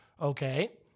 okay